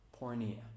pornea